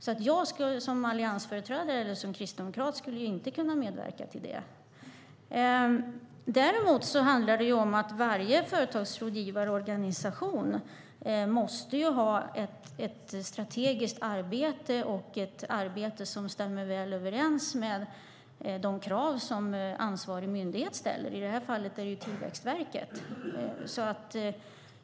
Varken som alliansföreträdare eller som kristdemokrat skulle jag kunna medverka till det. Varje företagsrådgivarorganisation måste ha ett strategiskt arbete, ett arbete som stämmer väl överens med de krav som ansvarig myndighet ställer - i det här fallet Tillväxtverket.